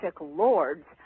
lords